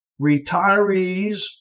Retirees